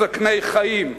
מסכני-חיים ויומיומיים,